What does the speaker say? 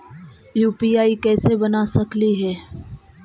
UPI कैसे बना सकली हे?